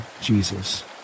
Jesus